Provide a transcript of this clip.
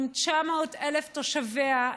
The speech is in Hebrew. עם 900,000 תושביה,